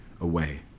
away